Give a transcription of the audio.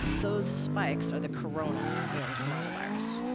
those spikes are the corona in coronavirus.